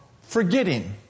forgetting